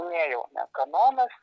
minėjau ane kanonas